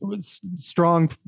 Strong